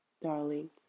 Darling